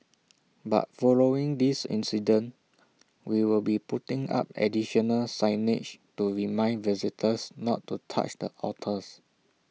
but following this incident we will be putting up additional signage to remind visitors not to touch the otters